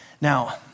Now